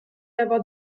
avoir